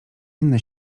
inne